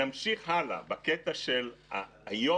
אם אני עושה משהו שיש לו איזשהו קשר